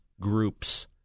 groups